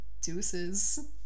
deuces